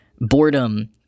boredom